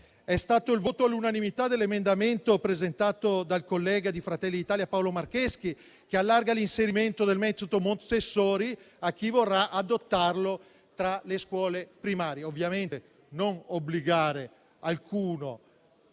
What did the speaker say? è stato il voto all'unanimità sull'emendamento presentato dal collega di Fratelli d'Italia, Paolo Marcheschi, che estende l'inserimento del metodo Montessori, per chi vorrà adottarlo, alle scuole primarie. Ovviamente, non si obbliga alcuno